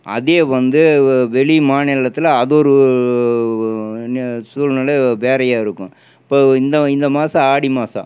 அதே வந்து வெளி மாநிலத்தில் அதொரு சூழ்நிலை வேறையாக இருக்கும் இப்போ இந்த இந்த மாதம் ஆடி மாதம்